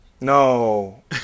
No